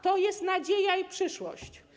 To jest nadzieja i przyszłość.